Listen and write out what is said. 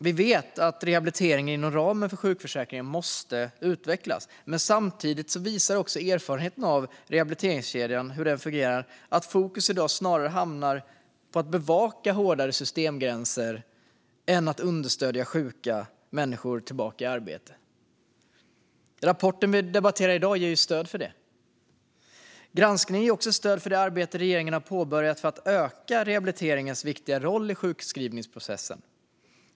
Vi vet att rehabiliteringen inom ramen för sjukförsäkringen måste utvecklas, men samtidigt visar erfarenheten av hur rehabiliteringskedjan fungerar att fokus i dag snarare hamnar på att bevaka hårdare systemgränser än på att understödja sjuka människor för att få dem tillbaka i arbete. Rapporten vi debatterar i dag ger stöd för denna uppfattning. Granskningen ger också stöd för det arbete regeringen påbörjat för att öka rehabiliteringens viktiga roll i sjukskrivningsprocessen.